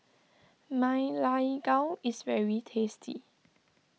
Ma Lai Gao is very tasty